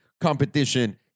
competition